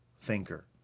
thinker